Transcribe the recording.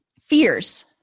fears